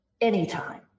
anytime